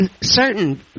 certain